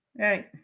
Right